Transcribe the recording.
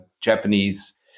Japanese